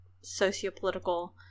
socio-political